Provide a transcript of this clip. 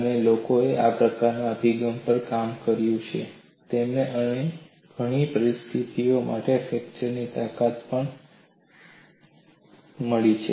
અને લોકોએ આ પ્રકારના અભિગમ પર કામ કર્યું છે અને તેમને અન્ય ઘણી પરિસ્થિતિઓ માટે ફ્રેક્ચરની તાકાત પણ મળી છે